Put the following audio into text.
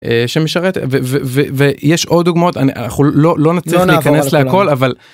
שמשרת ויש עוד דוגמאות, אנחנו לא לא נצליח להיכנס לכל אבל.